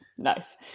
Nice